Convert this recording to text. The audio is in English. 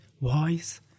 wise